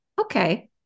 Okay